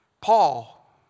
Paul